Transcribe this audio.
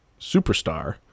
superstar